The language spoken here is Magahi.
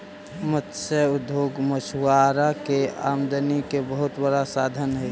मत्स्य उद्योग मछुआरा के आमदनी के बहुत बड़ा साधन हइ